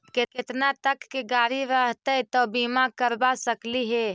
केतना तक के गाड़ी रहतै त बिमा करबा सकली हे?